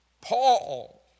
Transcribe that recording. Paul